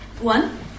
One